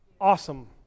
awesome